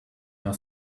her